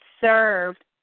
served